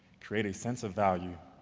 create a sense of value,